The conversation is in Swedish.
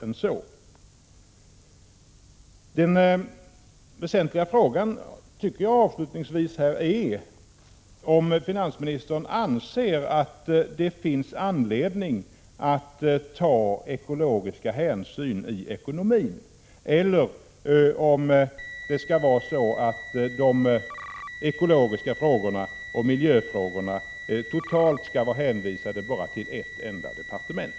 Avslutningsvis vill jag säga att jag tycker att det väsentliga är att veta om finansministern anser att det finns anledning att ta ekologiska hänsyn i ekonomin eller om alla ekologiska frågor och miljöfrågor skall vara hänvisade till ett enda departement.